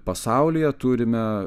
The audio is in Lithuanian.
pasaulyje turime